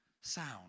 sound